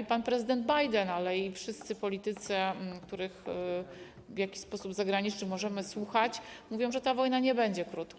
i pan prezydent Biden, i wszyscy zagraniczni politycy, których w jakiś sposób możemy słuchać, mówią, że ta wojna nie będzie krótka.